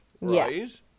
right